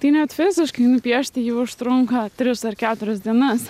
tai net fiziškai nupiešti jį užtrunka tris ar keturias dienas